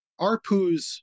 ARPUs